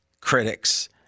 critics